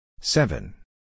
seven